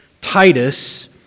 Titus